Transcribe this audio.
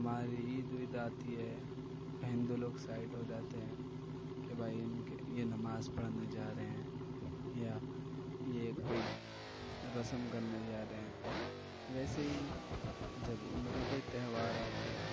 ہماری عید وید آتی ہے تو ہندو لوگ سائڈ ہو جاتے ہیں کہ بھائی ان کے یہ نماز پڑھنے جا رہے ہیں یا یہ کوئی رسم کرنے جا رہے ہیں ویسے ہی جب ان کا کوئی تہوار آتا ہے